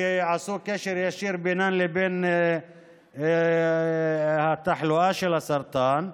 כי עשו קשר ישיר בינן לבין התחלואה בסרטן,